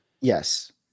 yes